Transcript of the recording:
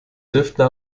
dürfen